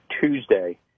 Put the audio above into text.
Tuesday